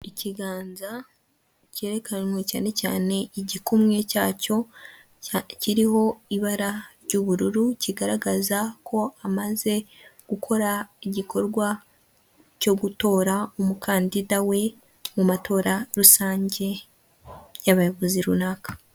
Ikiganza cyerekanwe, cyane cyane igikumwe cyacyo kiriho ibara ry'ubururu, kigaragaza ko amaze gukora igikorwa cyo gutora umukandida we, mu matora rusange y'abayobozi runaka.